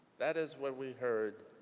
that is where we heard